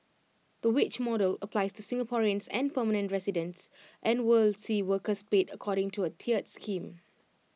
the wage model applies to Singaporeans and permanent residents and will see workers paid according to A tiered scheme